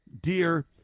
dear